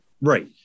Right